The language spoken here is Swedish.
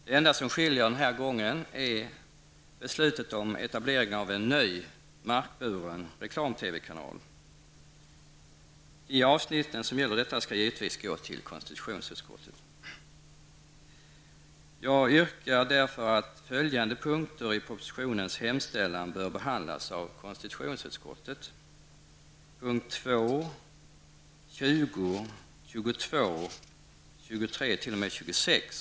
Det enda som är speciellt denna gång är beslutet om etablering av en ny markburen reklam-TV-kanal. De avsnitt som gäller detta skall givetvis gå till konstitutionsutskottet. Jag yrkar därför att följande punkter i propositionens hemställan behandlas av kulturutskottet: 2, 20, 22, 23--26.